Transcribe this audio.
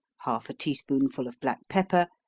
half a tea spoonful of black pepper,